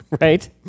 Right